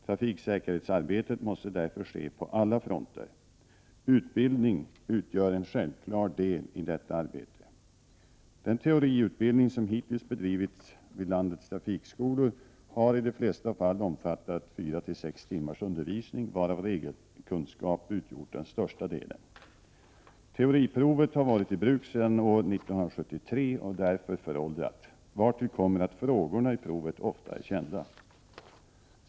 Trafiksäkerhetsarbetet måste därför ske på alla fronter. Utbildning utgör en självklar del i detta arbete. Den teoriutbildning som hittills bedrivits vid landets trafikskolor har i de flesta fall omfattat 4-6 timmars undervisning, varav regelkunskap utgjort den största delen. Teoriprovet har varit i bruk sedan år 1973 och är därför föråldrat, vartill kommer att frågorna i provet ofta är kända.